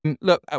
look